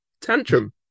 Tantrum